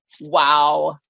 wow